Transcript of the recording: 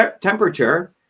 temperature